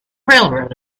railroad